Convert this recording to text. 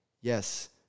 yes